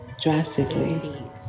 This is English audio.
drastically